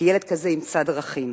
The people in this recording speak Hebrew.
כי ילד כזה ימצא דרכים.